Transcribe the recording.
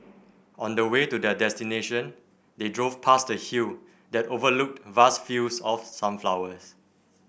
on the way to their destination they drove past a hill that overlooked vast fields of sunflowers